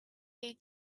jej